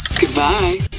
Goodbye